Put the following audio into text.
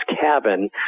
cabin